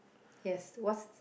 yes what's